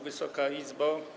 Wysoka Izbo!